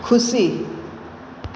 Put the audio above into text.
ખુશી